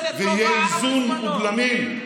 ויהיו איזון ובלמים,